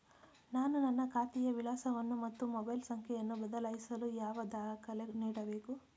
ನಾನು ನನ್ನ ಖಾತೆಯ ವಿಳಾಸವನ್ನು ಮತ್ತು ಮೊಬೈಲ್ ಸಂಖ್ಯೆಯನ್ನು ಬದಲಾಯಿಸಲು ಯಾವ ದಾಖಲೆ ನೀಡಬೇಕು?